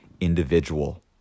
individual